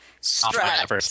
Strap